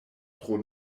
tro